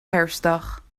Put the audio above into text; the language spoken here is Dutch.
herfstdag